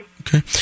Okay